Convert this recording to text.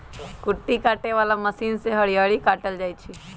कुट्टी काटे बला मशीन से हरियरी काटल जाइ छै